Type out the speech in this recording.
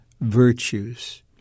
virtues